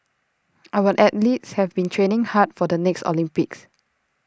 our athletes have been training hard for the next Olympics